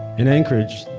in anchorage,